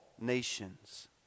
nations